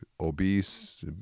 obese